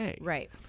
right